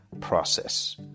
process